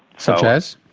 such as?